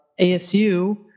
ASU